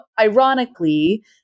ironically